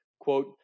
quote